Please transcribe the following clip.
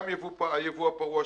גם הייבוא הפרוע,